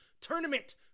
Tournament